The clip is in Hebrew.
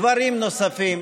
דברים נוספים,